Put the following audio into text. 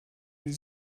die